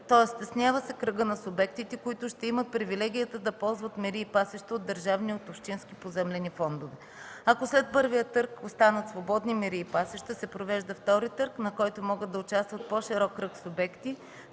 Тоест стеснява се кръгът на субектите, които ще имат привилегията да ползват мери и пасища от държавния и от общински поземлени фондове. Ако след първия търг останат свободни мери и пасища, се провежда втори търг, на който могат да участват по-широк кръг субекти,